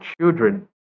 children